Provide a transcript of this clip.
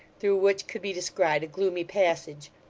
through which could be descried a gloomy passage,